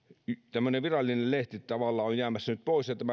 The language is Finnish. tämmöinen virallinen lehti tavallaan on nyt jäämässä pois ja